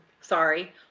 sorry